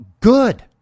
good